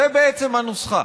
זו בעצם הנוסחה.